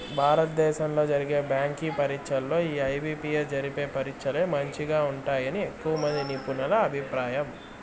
భారత దేశంలో జరిగే బ్యాంకి పరీచ్చల్లో ఈ ఐ.బి.పి.ఎస్ జరిపే పరీచ్చలే మంచిగా ఉంటాయని ఎక్కువమంది నిపునుల అభిప్రాయం